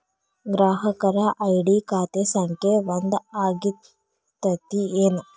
ಗ್ರಾಹಕರ ಐ.ಡಿ ಖಾತೆ ಸಂಖ್ಯೆ ಒಂದ ಆಗಿರ್ತತಿ ಏನ